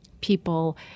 people